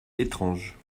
étrange